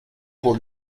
pour